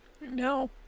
no